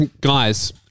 guys